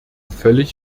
völlig